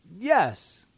Yes